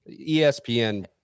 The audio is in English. ESPN